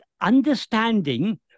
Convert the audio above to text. understanding